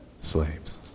slaves